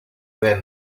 then